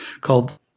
called